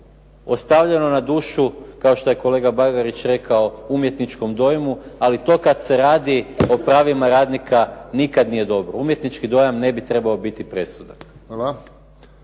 ostavljeno na dušu, kao što je kolega Bagarić rekao umjetničkom dojmu, ali to kad se radi o pravima radnika nikad nije dobro. Umjetnički dojam ne bi trebao biti presudan.